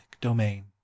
domain